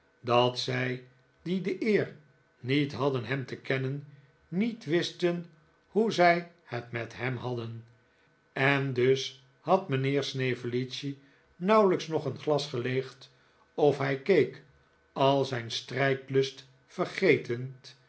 dat zij die de eer niet hadden hem te kennen niet wisten hoe zij het met hem hadden en dus had mijnheer snevellicci nauwelijks nog een glas geleegd of hij keek al zijn strijdlust vergetend